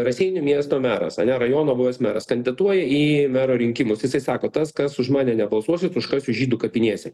raseinių miesto meras ane rajono buvęs meras kandidatuoja į mero rinkimus jisai sako tas kas už mane nebalsuosit užkasiu žydų kapinėse